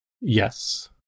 Yes